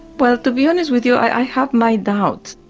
but to be honest with you, i have my doubts.